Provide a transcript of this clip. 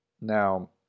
Now